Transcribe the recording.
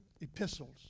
epistles